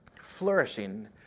Flourishing